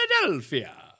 Philadelphia